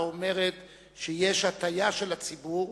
האומרת שיש הטעיה של הציבור.